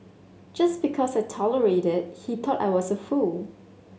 just because I tolerated he thought I was a fool